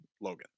logan